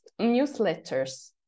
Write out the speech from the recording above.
newsletters